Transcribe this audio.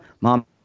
Mom